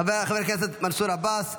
חבר הכנסת מנסור עבאס,